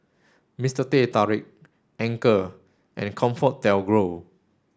Mister Teh Tarik Anchor and ComfortDelGro